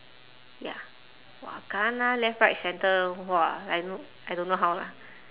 ya !wah! kena left right center !wah! I don't I don't know how lah